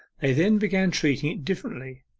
they then began treating it differently,